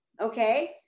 okay